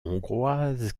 hongroise